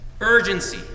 Urgency